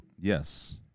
Yes